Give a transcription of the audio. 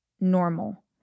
normal